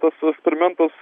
tas eksperimentas